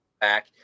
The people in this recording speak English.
back